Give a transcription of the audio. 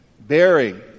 bearing